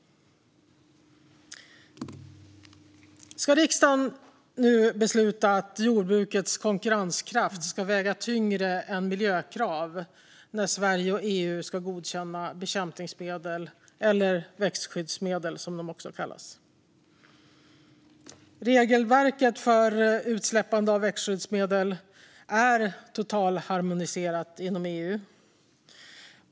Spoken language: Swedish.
Ska riksdagen nu besluta att jordbrukets konkurrenskraft ska väga tyngre än miljökrav när Sverige och EU ska godkänna bekämpningsmedel, eller växtskyddsmedel, som de också kallas? Regelverket för utsläpp av växtskyddsmedel är totalharmoniserat inom EU.